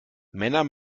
männer